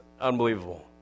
unbelievable